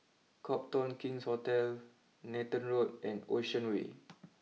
Copthorne King's Hotel Nathan Road and Ocean way